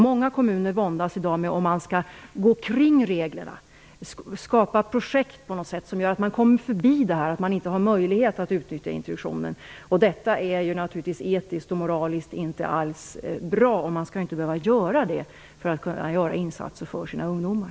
Många kommuner våndas i dag om de skall kringgå reglerna och skapa projekt som gör att de kommer förbi att de inte har möjlighet att utnyttja introduktionen. Detta är naturligtvis inte alls etiskt och moraliskt bra. Man skall inte behöva göra det för att kunna göra insatser för sina ungdomar.